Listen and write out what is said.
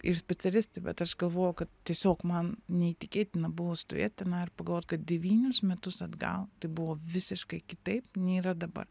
ir specialistai bet aš galvojau kad tiesiog man neįtikėtina buvo stovėt tenai ir pagalvot kad devynis metus atgal tai buvo visiškai kitaip nei yra dabar